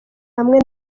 hamwe